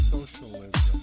Socialism